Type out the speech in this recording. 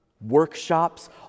workshops